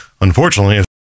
unfortunately